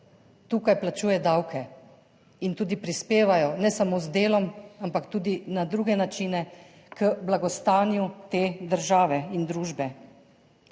tukaj plačuje davke in tudi prispevajo ne samo z delom, ampak tudi na druge načine k blagostanju te države in družbe.